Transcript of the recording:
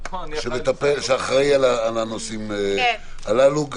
הביטחון שאחראי על הנושאים האלו.